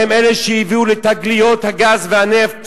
הן אלה שהביאו לתגליות הגז והנפט